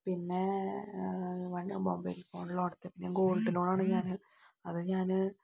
പിന്നെ one mobile ഫോണില് loan എടുത്തിട്ടുണ്ട് ഗോൾഡ് ലോലാണ് അത് ഞാന്